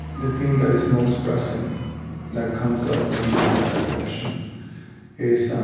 the thing that is most pressing that comes up when you ask that question is